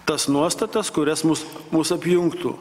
tas nuostatas kurias mus mus apjungtų